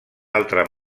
altra